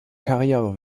karriere